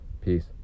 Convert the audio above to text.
Peace